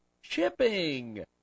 shipping